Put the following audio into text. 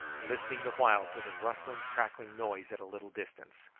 listening the while to the rustling crackling noise at a little distance.